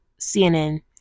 CNN